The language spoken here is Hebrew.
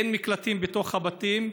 אין מקלטים בתוך הבתים,